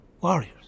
warriors